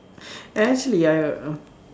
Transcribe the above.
actually I